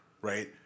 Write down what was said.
Right